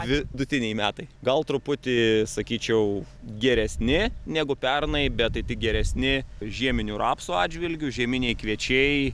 vidutiniai metai gal truputį sakyčiau geresni negu pernai bet tai tik geresni žieminių rapsų atžvilgiu žieminiai kviečiai